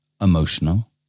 emotional